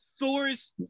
Thor's